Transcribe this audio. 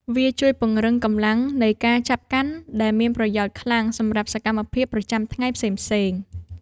វាជួយពង្រឹងកម្លាំងនៃការចាប់កាន់ ដែលមានប្រយោជន៍ខ្លាំងសម្រាប់សកម្មភាពប្រចាំថ្ងៃផ្សេងៗ។